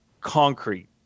concrete